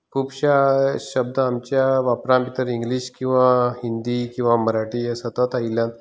खुबश्या शब्द आमच्या वापरांत भितर इंग्लीश किंवा हिंदी किंवा मराठी हे सतत आयल्यात